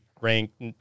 ranked